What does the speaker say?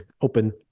open